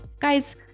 Guys